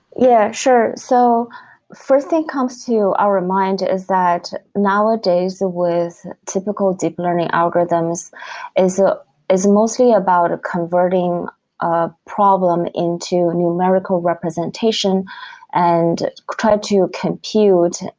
yeah, sure. so first thing comes to our mind is that nowadays with typical deep learning algorithms is ah is mostly about converting a problem into numerical representation and try to compute,